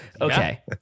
Okay